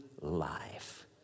life